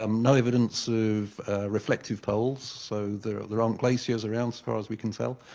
um no evidence of reflective poles, so there there aren't glaciers around, so far as we can tell.